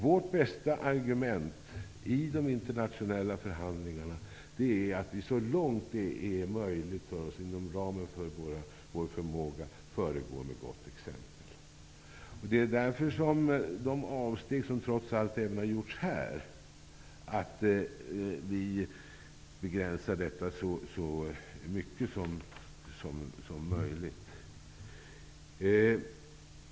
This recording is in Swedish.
Vårt bästa argument i de internationella förhandlingarna är att vi så långt det är möjligt för oss inom ramen för vår förmåga föregår med gott exempel. Det är därför som de avsteg som trots allt gjorts här har begränsats så mycket som möjligt.